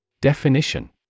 Definition